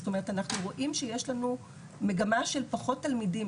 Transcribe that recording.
זאת אומרת אנחנו רואים שיש לנו מגמה של פחות תלמידים,